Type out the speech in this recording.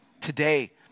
Today